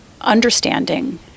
understanding